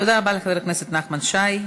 תודה רבה לחבר הכנסת נחמן שי.